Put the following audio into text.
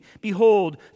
behold